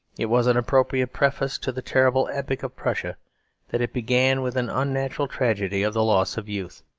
it was an appropriate preface to the terrible epic of prussia that it began with an unnatural tragedy of the loss of youth.